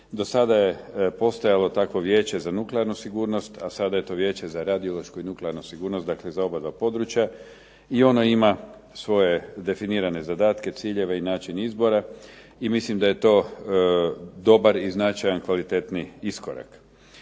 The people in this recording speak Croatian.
Do sada je postojalo takvo vijeće za nuklearnu sigurnost, a sada eto vijeće za radiološku i nuklearnu sigurnost, dakle za obadva područja i ono ima svoje definirane zadatke, ciljeve i način izbora. I mislim da je to dobar i značajan kvalitetni iskorak.